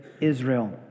Israel